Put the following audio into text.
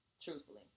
truthfully